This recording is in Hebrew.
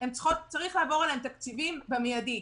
צריך להעביר אליהן תקציבים באופן מידי,